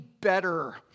better